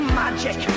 magic